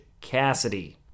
Cassidy